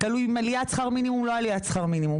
תלוי אם עליית שכר מינימום או לא עליית שכר מינימום.